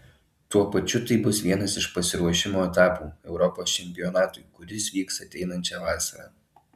tuo pačiu tai bus vienas iš pasiruošimo etapų europos čempionatui kuris vyks ateinančią vasarą